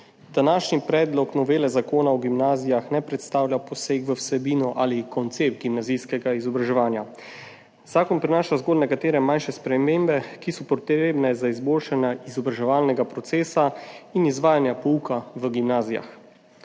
Današnji predlog novele Zakona o gimnazijah ne predstavlja posega v vsebino ali koncept gimnazijskega izobraževanja. Zakon prinaša zgolj nekatere manjše spremembe, ki so potrebne za izboljšanje izobraževalnega procesa in izvajanja pouka v gimnazijah.